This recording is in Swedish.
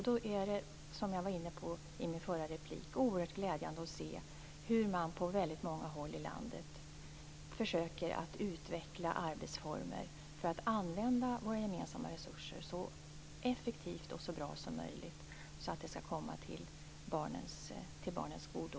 Då är det, som jag var inne på i min förra replik, oerhört glädjande att se hur man på väldigt många håll i landet försöker att utveckla arbetsformer för att använda våra gemensamma resurser så effektivt och så bra som möjligt så att de skall komma barnen till godo.